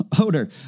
odor